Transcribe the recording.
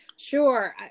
Sure